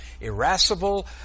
irascible